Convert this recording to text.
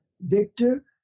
Victor